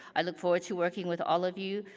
i look forward to working with all of you.